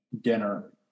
dinner